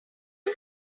run